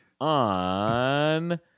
on